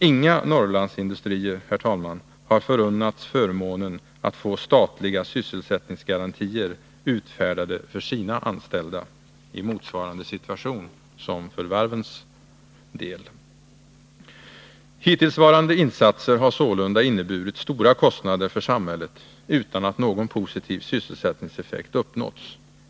Inga Norrlandsindustrier, herr talman, har förunnats förmånen att få statliga sysselsättningsgarantier utfärdade för sina anställda i motsvarande situation som varven har. Hittillsvarande insatser har således inneburit stora kostnader för samhället utan att någon positiv sysselsättningseffekt uppnåtts.